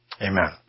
amen